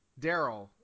Daryl